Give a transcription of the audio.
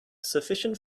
sufficient